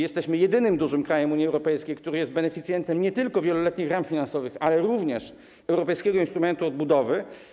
Jesteśmy jednym dużym krajem Unii Europejskiej, który jest beneficjentem nie tylko wieloletnich ram finansowych, ale również europejskiego instrumentu odbudowy.